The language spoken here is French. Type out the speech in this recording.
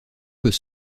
peut